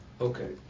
Okay